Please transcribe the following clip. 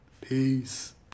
Peace